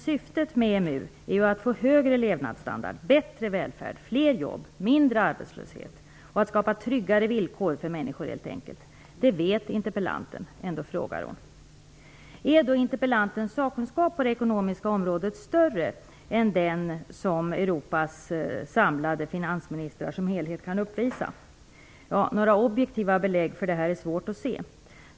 Syftet med EMU är att få högre levnadsstandard, bättre välfärd, fler jobb, mindre arbetslöshet och att helt enkelt skapa tryggare villkor för människor. Det vet interpellanten, och ändå frågar hon. Är interpellantens sakkunskap på den ekonomiska området större än den som Europas samlade finansministrar som helhet kan uppvisa? Några objektiva belägg för detta är svårt att se.